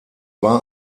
war